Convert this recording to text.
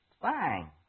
Fine